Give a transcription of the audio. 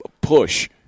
push